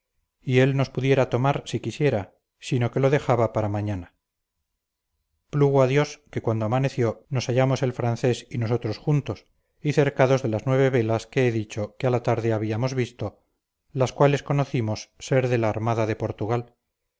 y él nos pudiera tomar si quisiera sino que lo dejaba para mañana plugo a dios que cuando amaneció nos hallamos el francés y nosotros juntos y cercados de las nueve velas que he dicho que a la tarde antes habíamos visto las cuales conocíamos ser de la armada de portugal